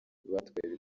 batwaye